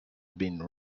been